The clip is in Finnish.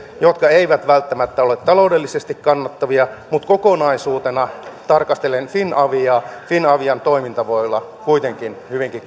jotka eivät välttämättä ole taloudellisesti kannattavia mutta kokonaisuutena tarkastellen finavian toiminta voi olla kuitenkin